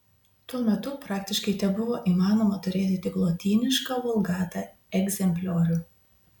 tuo metu praktiškai tebuvo įmanoma turėti tik lotynišką vulgata egzempliorių